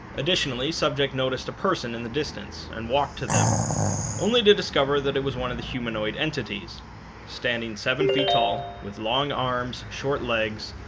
additionally, subject noticed a person in the distance and walked to them only to discover that it was one of the humanoid entities standing seven feet tall, with long arms, short legs,